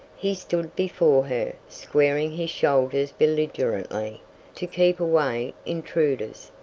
he stood before her, squaring his shoulders belligerently to keep away intruders,